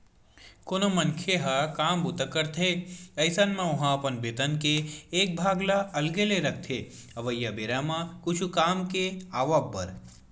कोनो मनखे ह काम बूता करथे अइसन म ओहा अपन बेतन के एक भाग ल अलगे ले रखथे अवइया बेरा म कुछु काम के आवब बर